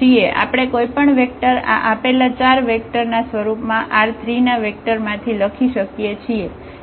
છીએ આપણે કોઈપણ વેક્ટર આ આપેલા ચાર વેક્ટર ના સ્વરૂપમાં R3 ના વેક્ટર માંથી લખી શકીએ છીએ